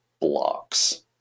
blocks